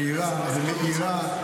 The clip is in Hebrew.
מעירה ומאירה.